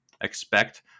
expect